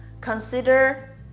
consider